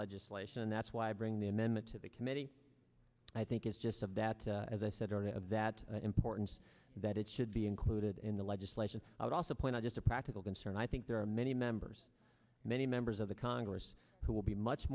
legislation and that's why i bring the amendment to the committee i think it's just of that as i said of that importance that it should be included in the legislation i would also point out just a practical concern i think there are many members many members of the congress who will be much